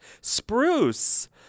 Spruce